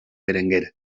berenguer